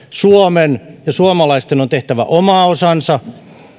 suomen ja suomalaisten on tehtävä oma osansa